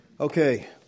Okay